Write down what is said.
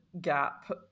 gap